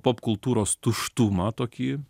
popkultūros tuštumą tokį